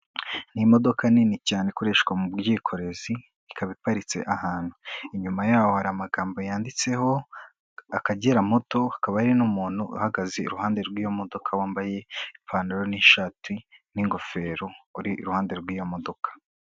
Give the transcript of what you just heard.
Ni imodokadoka nini cyane ikoreshwa mu bwikorezi ikaba iparitse ahantu, inyuma yaho hari amagambo yanditseho Akagera moto, hakaba hari n'umuntu uhagaze iruhande rw'iyo modoka wambaye ipantaro n'ishati n'ingofero uri iruhande rw'iyo modoka.